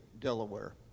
Delaware